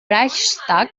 reichstag